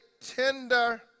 tender